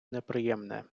неприємне